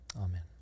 Amen